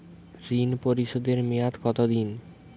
ঋণ পরিশোধের মেয়াদ কত দিন?